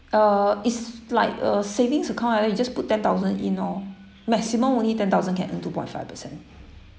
uh it's like a savings account like that you just put ten thousand in lor maximum only ten thousand can earn two point five percent